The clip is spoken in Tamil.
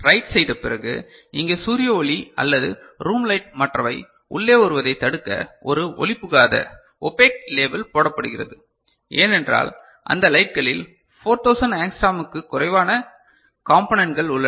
ரைட் செய்தபிறகு இங்கு சூரிய ஒளி அல்லது ரூம் லைட் மற்றவை உள்ளே வருவதைத் தடுக்க ஒரு ஒளிபுகாத ஒபெக் லேபிள் போடப்படுகிறது ஏனென்றால் அந்த லைட்களில் 4000 ஆங்ஸ்ட்ரோமுக்கு குறைவான காம்பனென்ட்கள் உள்ளன